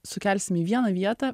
sukelsim į vieną vietą